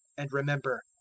and remember,